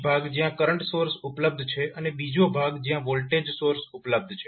એક ભાગ જ્યાં કરંટ સોર્સ ઉપલબ્ધ છે અને બીજો ભાગ જ્યાં વોલ્ટેજ સોર્સ ઉપલબ્ધ છે